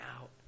out